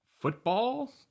football